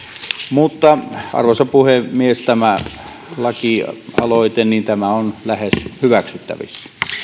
mutta arvoisa puhemies tämä lakialoite on lähes hyväksyttävissä